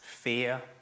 Fear